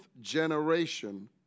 generation